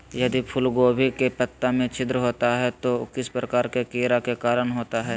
यदि फूलगोभी के पत्ता में छिद्र होता है तो किस प्रकार के कीड़ा के कारण होता है?